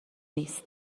نیست